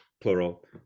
plural